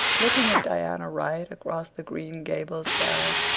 looking at diana wright across the green gables garret,